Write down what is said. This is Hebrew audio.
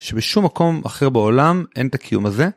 שבשום מקום אחר בעולם אין את הקיום הזה.